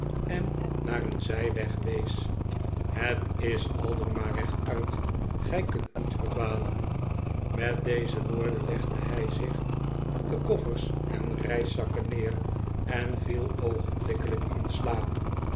en naar een zijweg wees het is aldoor maar rechtuit gij kunt niet verdwalen met deze woorden legde hij zich op de koffers en reiszakken neer en viel oogenblikkelijk in slaap